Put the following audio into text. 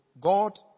God